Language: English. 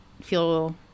feel